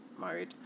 married